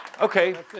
Okay